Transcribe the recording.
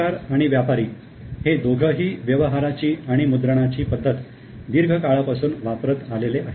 सरकार आणि व्यापारी हे दोघेही व्यवहाराची आणि मुद्रणाची पद्धत दीर्घ काळापासून वापरत आले आहेत